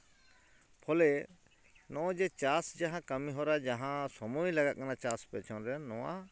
ᱯᱷᱚᱞᱮ ᱱᱚᱜᱼᱚᱭ ᱡᱮ ᱪᱟᱥ ᱡᱟᱦᱟᱸ ᱠᱟᱹᱢᱤ ᱦᱚᱨᱟ ᱡᱟᱦᱟᱸ ᱥᱚᱢᱚᱭ ᱞᱟᱜᱟᱜ ᱠᱟᱱᱟ ᱪᱟᱥ ᱯᱮᱪᱷᱚᱱ ᱨᱮ ᱱᱚᱣᱟ